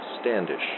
Standish